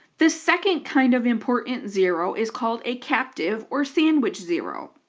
the second kind of important zero is called a captive, or sandwich, zero.